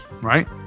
right